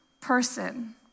person